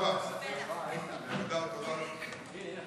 ההצעה להעביר את הנושא לוועדת כספים נתקבלה.